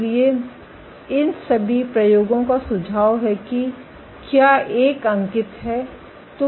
इसलिए इन सभी प्रयोगों का सुझाव है कि क्या एक अंकित है